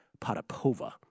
Potapova